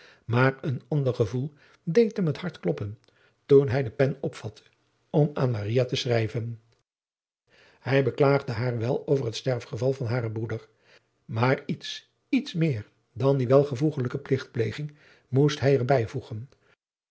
maar een ander gevoel deed hem het hart kloppen toen hij de pen opvatte om aan maria te schrijven hij beklaagde haar wel over het sterfgeval van haren broeder maar iets iets meer dan die welvoegelijke pligtpleging moest hij er bijvoegen